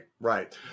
right